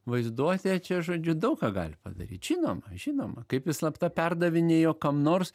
vaizduotė čia žodžiu daug ką gali padaryt žinoma žinoma kaip jis slapta perdavinėjo kam nors